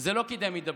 זה לא קידם הידברות.